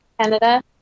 Canada